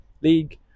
league